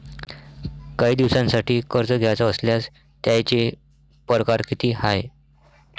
कायी दिसांसाठी कर्ज घ्याचं असल्यास त्यायचे परकार किती हाय?